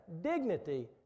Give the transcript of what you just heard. dignity